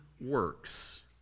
works